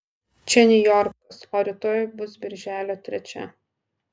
čia niujorkas o rytoj bus birželio trečia